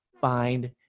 find